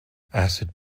acid